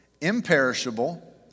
imperishable